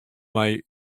mei